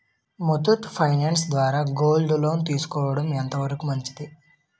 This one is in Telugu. ముత్తూట్ ఫైనాన్స్ ద్వారా గోల్డ్ లోన్ తీసుకోవడం ఎంత వరకు మంచిది?